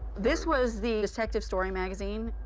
this was the detective story magazine,